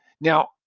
now